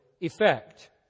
effect